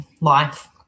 life